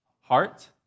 heart